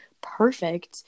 perfect